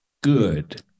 good